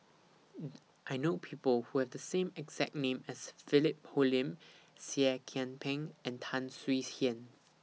I know People Who Have The exact name as Philip Hoalim Seah Kian Peng and Tan Swie Hian